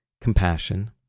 compassion